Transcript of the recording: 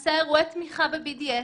עשה אירועי תמיכה ב-BDS,